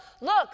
look